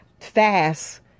fast